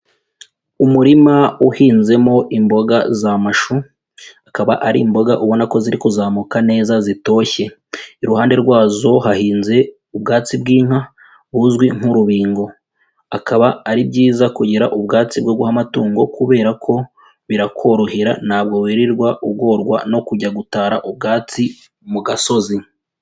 Umurima uhinzemo imboga za mashu, akaba ari imboga ubona ko ziri kuzamuka neza zitoshye, iruhande rwazo hahinze ubwatsi bw'inka buzwi nk'urubingo, akaba ari byiza kugira ubwatsi bwo guha amatungo kubera ko birakorohera ntabwo wirirwa ugorwa no kujya gutara ubwatsi mu gasozi.